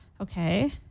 Okay